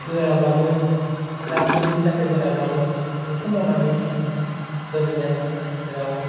गोराब्लाबो एबा गुबुननि थाखाय गोराब्लाबो बेखौ मावनानै आं गोजोन्नाय मोनो जेराव